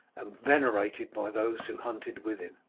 and venerated by those who hunted with him.